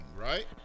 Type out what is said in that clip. right